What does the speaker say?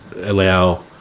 allow